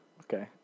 Okay